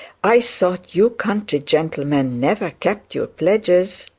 i thought you country gentlemen never kept your pledges